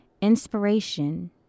inspiration